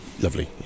lovely